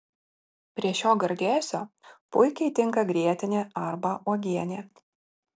prie šio gardėsio puikiai tinka grietinė arba uogienė